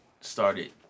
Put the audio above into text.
started